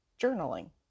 Journaling